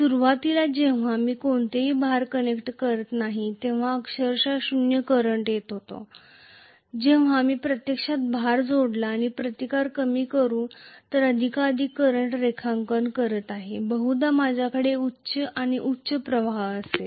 सुरुवातीला जेव्हा मी कोणतेही भार कनेक्ट करीत नाही तेव्हा अक्षरशः शून्य करंट येत होता जेव्हा मी प्रत्यक्षात भार जोडला असतो आणि प्रतिकार कमी करून मी अधिकाधिक करंट रेखांकन करत आहे बहुदा माझ्याकडे उच्च आणि उच्च प्रवाह असेल